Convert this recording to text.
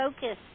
focus